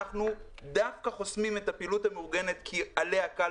אנחנו דווקא חוסמים את הפעילות המאורגנת שאותה קל